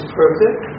perfect